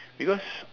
because